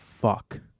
Fuck